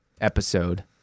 episode